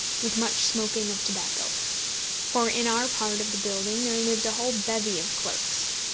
with much smoking of tobacco for in our part of the building there lived a whole bevy of clerks.